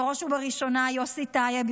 בראש ובראשונה ליוסי טייב,